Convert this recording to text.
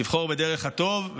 לבחור בדרך הטוב,